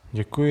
Děkuji.